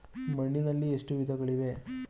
ಮಣ್ಣಿನಲ್ಲಿ ಎಷ್ಟು ವಿಧಗಳಿವೆ?